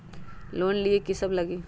Loan लिए की सब लगी?